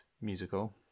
musical